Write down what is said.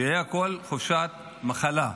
שיהיה הכול חופשת מחלה.